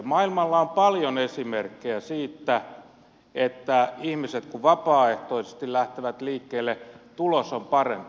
maailmalla on paljon esimerkkejä siitä että kun ihmiset vapaaehtoisesti lähtevät liikkeelle tulos on parempi